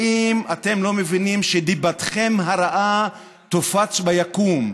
האם אתם לא מבינים שדיבתכם הרעה תופץ ביקום,